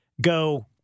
go